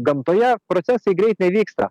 gamtoje procesai greit nevyksta